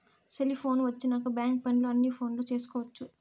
cellphone వచ్చినాక bank పనులు అన్ని ఫోనులో చేసుకొవచ్చు